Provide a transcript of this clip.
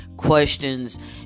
Questions